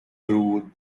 through